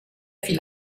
viel